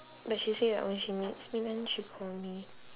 but she say uh when she needs me then call me